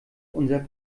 unser